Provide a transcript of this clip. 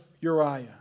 Uriah